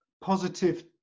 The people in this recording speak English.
positive